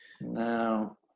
No